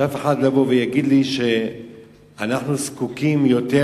שאף אחד לא יבוא ויגיד לי שאנחנו זקוקים ליותר